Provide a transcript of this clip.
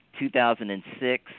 2006